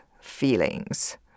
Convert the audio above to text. feelings